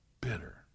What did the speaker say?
Bitter